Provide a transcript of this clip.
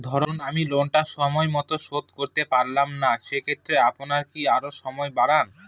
ধরুন আমি লোনটা সময় মত শোধ করতে পারলাম না সেক্ষেত্রে আপনার কি আরো সময় বাড়ান?